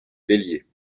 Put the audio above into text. bélier